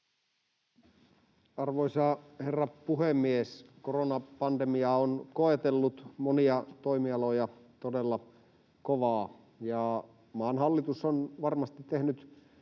Arvoisa herra puhemies! Koronapandemia on koetellut monia toimialoja todella kovaa, ja maan hallitus on varmasti tehnyt